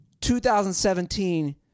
2017